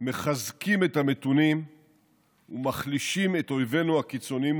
מחזקים את המתונים ומחלישים את אויבינו הקיצוניים,